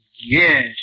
yes